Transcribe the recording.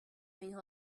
این